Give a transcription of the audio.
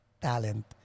talent